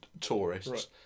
tourists